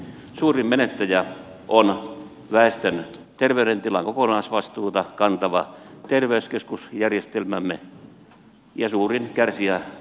suurin menettäjä on väestön terveydentilan kokonaisvastuuta kantava terveyskeskusjärjestelmämme ja suurin kärsijä potilas